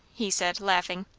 he said, laughing.